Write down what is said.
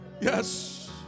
Yes